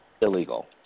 illegal